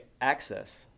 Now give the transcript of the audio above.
access